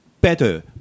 better